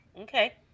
Okay